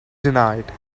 denied